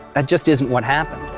that just isn't what happened.